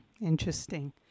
interesting